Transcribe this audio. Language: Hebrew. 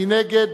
מי נגד?